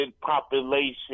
population